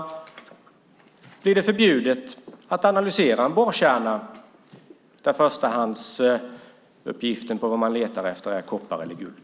Och blir det förbjudet att analysera en borrkärna efter uran om förstahandsuppgiften om vad man letar efter är koppar eller guld?